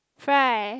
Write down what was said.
fry